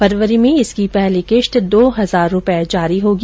फरवरी में इसकी पहली किश्त दो हजार रूपए जारी होगी